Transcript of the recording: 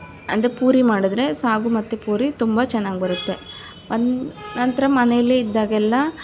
ಅಂದರೆ ಪೂರಿ ಮಾಡಿದ್ರೆ ಸಾಗು ಮತ್ತು ಪೂರಿ ತುಂಬ ಚೆನ್ನಾಗಿ ಬರುತ್ತೆ ನಂತರ ಮನೇಲಿ ಇದ್ದಾಗೆಲ್ಲ